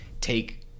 take